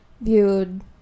viewed